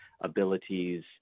abilities